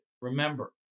remember